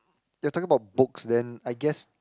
you're talking about books then I guess